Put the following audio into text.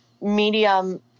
medium